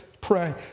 pray